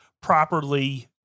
properly